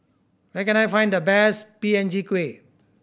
where can I find the best P N G kueh